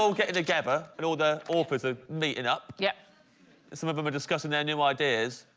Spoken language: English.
so getting together in order offers ah meet it up yeah, it's some of them are discussing their new ideas,